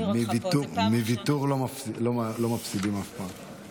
מוויתור לא מפסידים אף פעם.